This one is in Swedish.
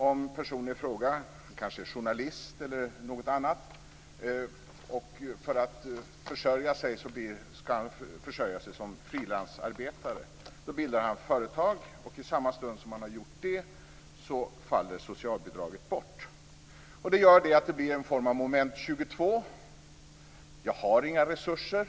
Om personen i fråga däremot är journalist eller på annat sätt skall försörja sig som frilansarbetare, är det en annan sak. I samma stund som han bildar företag faller möjligheten till socialbidrag bort. Det blir en typ av Moment 22: Jag har inga resurser.